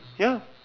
ya